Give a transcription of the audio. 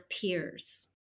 peers